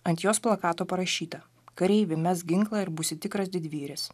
ant jos plakato parašyta kareivi mesk ginklą ir būsi tikras didvyris